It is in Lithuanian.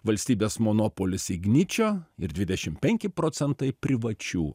valstybės monopolis igničio ir dvidešim penki procentai privačių